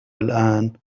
الآن